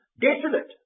desolate